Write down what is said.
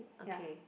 okay